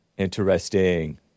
Interesting